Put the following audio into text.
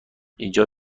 اینجا